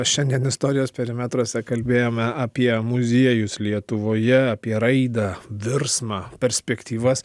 šiandien istorijos perimetruose kalbėjome apie muziejus lietuvoje apie raidą virsmą perspektyvas